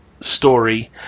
story